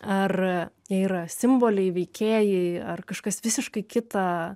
ar yra simboliai veikėjai ar kažkas visiškai kita